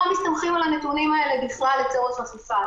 מסתמכים על הנתונים האלה בכלל לצורך אכיפה,